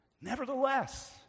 Nevertheless